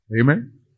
Amen